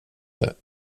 det